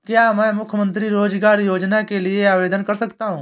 क्या मैं मुख्यमंत्री रोज़गार योजना के लिए आवेदन कर सकता हूँ?